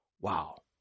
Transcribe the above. wow